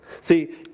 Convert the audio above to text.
See